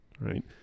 Right